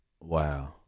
Wow